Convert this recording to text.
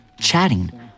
chatting